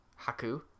Haku